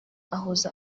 ahuza